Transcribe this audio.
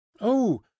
Oh